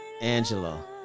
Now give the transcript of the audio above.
Angela